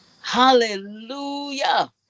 hallelujah